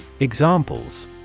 Examples